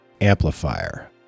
amplifier